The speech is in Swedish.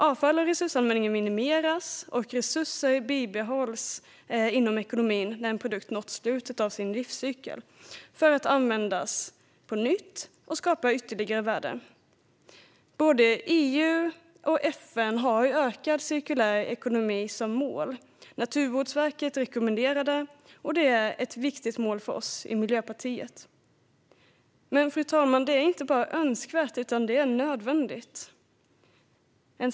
Avfall och resursanvändning minimeras och resurser bibehålls inom ekonomin när en produkt som nått slutet av sin livscykel kan användas på nytt och ytterligare värde skapas. Både EU och FN har ökad cirkulär ekonomi som mål. Naturvårdsverket rekommenderar det, och det är ett viktigt mål för oss i Miljöpartiet. Men, fru talman, det är inte bara önskvärt utan nödvändigt.